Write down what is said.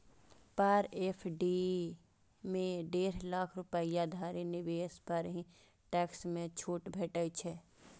पर FD मे डेढ़ लाख रुपैया धरि निवेश पर ही टैक्स मे छूट भेटै छै